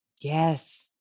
Yes